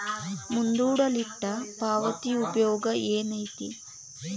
ಮುಂದೂಡಲ್ಪಟ್ಟ ಪಾವತಿಯ ಉಪಯೋಗ ಏನೈತಿ